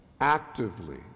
Actively